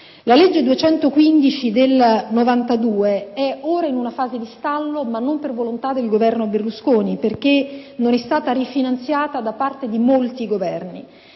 La legge n. 215 del 1992 è ora in una fase di stallo, non per volontà del Governo Berlusconi, ma perché non è stata rifinanziata da parte di molti Governi.